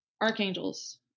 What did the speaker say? archangels